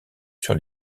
sur